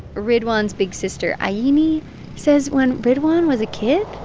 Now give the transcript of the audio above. ridwan's big sister ah yeah aini says when ridwan was a kid.